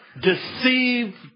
deceive